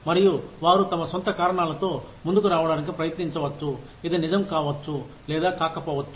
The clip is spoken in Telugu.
మరియు వారు తమ సొంత కారణాలతో ముందుకు రావడానికి ప్రయత్నించవచ్చు ఇది నిజం కావచ్చు లేదా కాకపోవచ్చు